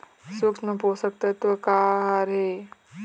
सूक्ष्म पोषक तत्व का हर हे?